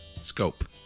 Scope